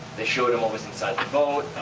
they showed them what was inside the boat.